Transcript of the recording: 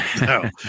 No